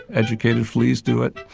educated fleas do it.